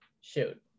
Shoot